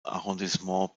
arrondissement